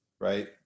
right